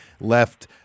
left